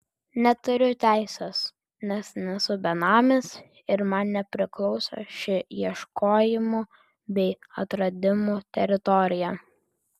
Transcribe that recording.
neturiu teisės nes nesu benamis ir man nepriklauso ši ieškojimų bei atradimų teritorija